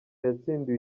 yatsindiwe